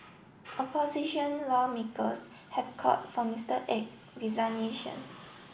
opposition lawmakers have called for Mister Abe's resignation